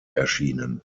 erschienen